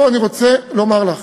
ופה אני רוצה לומר לך,